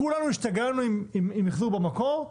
כולנו השתגענו עם מיחזור במקור.